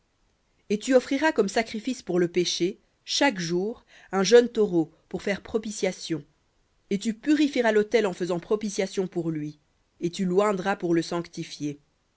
et tu offriras comme sacrifice pour le péché chaque jour un jeune taureau pour propitiation et tu purifieras l'autel en faisant propitiation pour lui et tu l'oindras pour le sanctifier